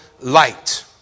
light